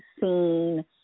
seen